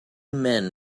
men